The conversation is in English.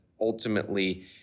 ultimately